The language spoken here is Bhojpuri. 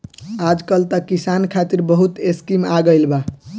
आजकल त किसान खतिर बहुत स्कीम आ गइल बा